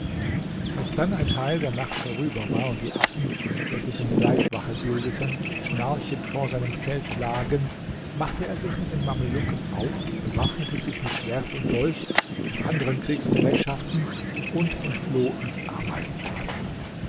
als dann ein teil der nacht vorüber war und die affen welche seine leibwache bildeten schnarchend vor seinem zelt lagen machte er sich mit den mamelucken auf bewaffnete sich mit schwert und dolch und anderen kriegsgerätschaften und entfloh ins ameisental